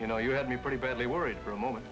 you know you had me pretty badly worried for a moment